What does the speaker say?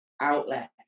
outlet